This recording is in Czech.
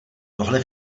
tohle